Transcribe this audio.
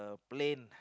plane